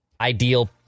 ideal